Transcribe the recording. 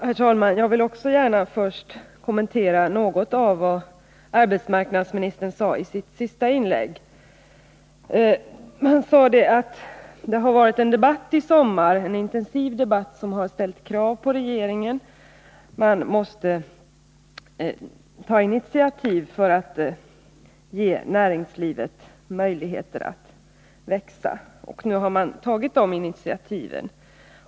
Herr talman! Jag vill också gärna först kommentera något av vad arbetsmarknadsministern sade i sitt senaste inlägg. Han sade att det under sommaren har varit en intensiv debatt, där det har ställts krav på regeringen. Man måste ta initiativ för att ge näringslivet möjligheter att växa, och nu har man tagit de initiativen.